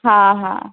हा हा